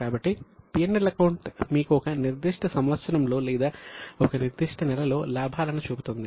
కాబట్టి P L account మీకు ఒక నిర్దిష్ట సంవత్సరంలో లేదా ఒక నిర్దిష్ట నెలలో లాభాలను చూపుతుంది